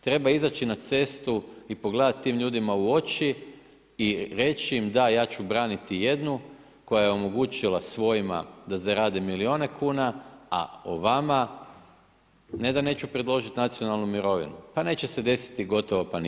Treba izaći na cestu i pogledat tim ljudima u oči i reć im da, ja ću braniti jednu koja je omogućila svojima da zarade milijune kuna, a o vama, ne da neću predložit nacionalnu mirovinu, pa neće se desiti gotovo pa ništa.